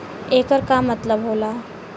येकर का मतलब होला?